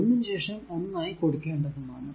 ഒന്നിന് ശേഷം ഒന്നായി കൊടുക്കേണ്ടതും ആണ്